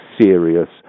serious